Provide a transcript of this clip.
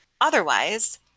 Otherwise